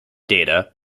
data